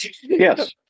Yes